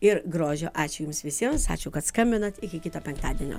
ir grožio ačiū jums visiems ačiū kad skambinot iki kito penktadienio